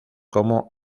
como